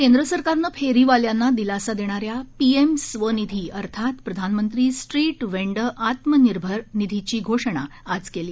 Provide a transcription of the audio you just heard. केंद्र सरकारने फेरीवाल्यांना दिलासा देणाऱ्या पीएम स्वनिधी अर्थात प्रधानमंत्री स्ट्रीट व्हेंडर आत्मनिर्भर निधीची घोषणा आज केली